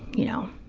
you know,